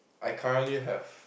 I currently have